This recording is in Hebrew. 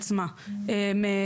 38 בעמידר.